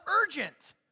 urgent